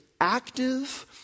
active